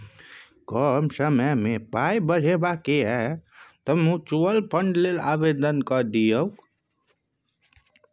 कम समयमे पाय बढ़ेबाक यै तँ म्यूचुअल फंड लेल आवेदन कए दियौ